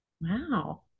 wow